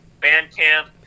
Bandcamp